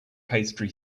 pastry